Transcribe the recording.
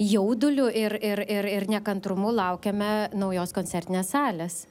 jauduliu ir ir ir ir nekantrumu laukiame naujos koncertinės salės